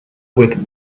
with